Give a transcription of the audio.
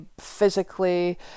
physically